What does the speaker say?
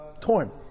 torn